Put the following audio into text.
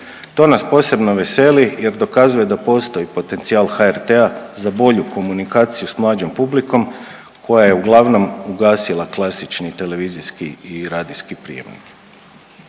To nas posebno veseli jer dokazuje da postoji potencijal HRT-a za bolju komunikaciju s mlađom publikom koja je uglavnom ugasila klasični televizijski i radijski prijem.